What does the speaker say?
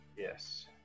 Yes